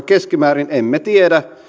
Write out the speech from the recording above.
keskimäärin emme tiedä